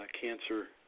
cancer